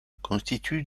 constituent